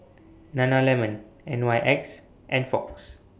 Nana Lemon N Y X and Fox